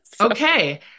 Okay